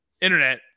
Internet